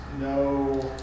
no